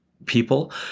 people